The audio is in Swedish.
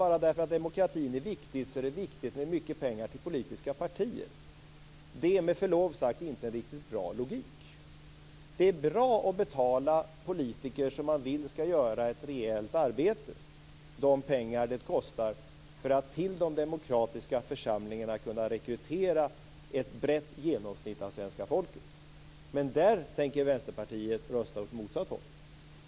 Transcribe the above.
Bara därför att demokratin är viktig är det viktigt med mycket pengar till politiska partier. Det är med förlov sagt inte riktigt bra logik. Det är bra att betala politiker som man vill skall utföra ett rejält arbete, de pengar det kostar att till de demokratiska församlingarna rekrytera ett brett genomsnitt av svenska folket. Men där tänker Vänsterpartiet rösta åt motsatt håll.